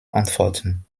antworten